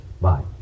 Bye